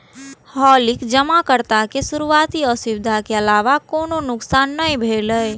हालांकि जमाकर्ता के शुरुआती असुविधा के अलावा कोनो नुकसान नै भेलै